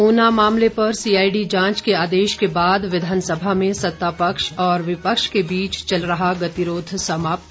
ऊना मामले पर सीआईडी जांच के आदेश के बाद विधानसभा में सत्तापक्ष और विपक्ष के बीच चल रहा गतिरोध समाप्त